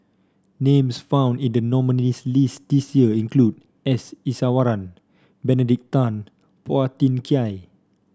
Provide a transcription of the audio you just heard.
names found in the nominees' list this year include S Iswaran Benedict Tan Phua Thin Kiay